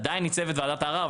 עדיין ניצבת ועדת הערר.